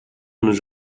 nos